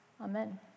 Amen